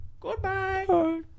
Goodbye